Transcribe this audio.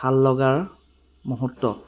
ভাল লগাৰ মুহূৰ্ত